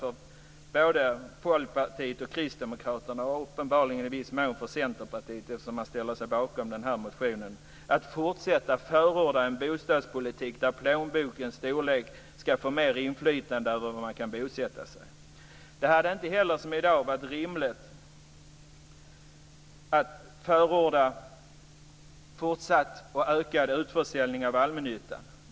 Det hade inte heller, som i dag, varit rimligt att förorda fortsatt och ökad utförsäljning av allmännyttan.